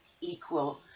equal